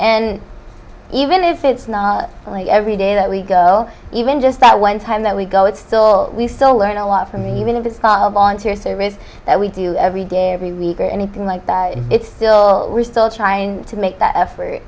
and even if it's not like every day that we go even just that one time that we go it's still we still learn a lot from me even if it's part of on terrorism that we do every day every week or anything like that it's still we're still trying to make that effort